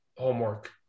homework